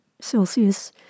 Celsius